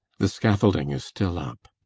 the scaffolding is still up.